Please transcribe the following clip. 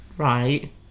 Right